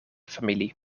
familie